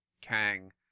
kang